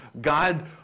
God